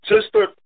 sister